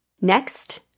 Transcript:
Next